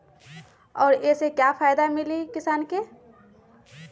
और ये से का फायदा मिली किसान के?